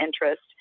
interest